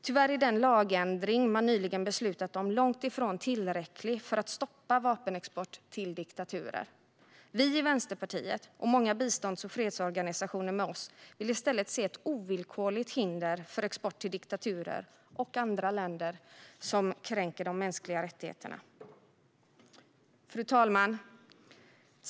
Tyvärr är den lagändring man nyligen beslutat om långt ifrån tillräcklig för att stoppa vapenexport till diktaturer. Vi i Vänsterpartiet, och många bistånds och fredsorganisationer med oss, vill i stället se ett ovillkorligt hinder för export till diktaturer och andra länder som kränker de mänskliga rättigheterna. Fru talman!